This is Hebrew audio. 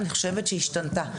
אני חושבת שהשתנתה,